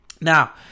Now